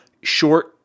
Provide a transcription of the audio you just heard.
short